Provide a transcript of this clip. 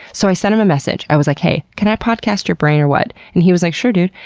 so, i sent him a message. i was like, hey, can i podcast your brain or what? and he was like, sure, dude.